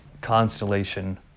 constellation